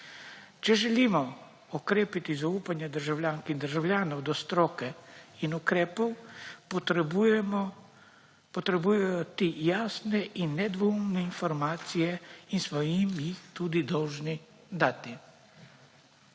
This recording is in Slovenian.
Če želimo okrepiti zaupanje državljank in državljanov do stroke in ukrepov, potrebujejo ti jasne in nedvoumne informacije, ki smo jim mi tudi dolžni dati.